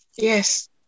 Yes